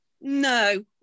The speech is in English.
No